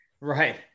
Right